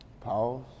Pause